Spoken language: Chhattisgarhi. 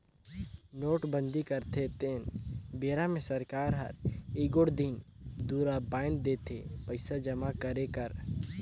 नोटबंदी करथे तेन बेरा मे सरकार हर एगोट दिन दुरा बांएध देथे पइसा जमा करे कर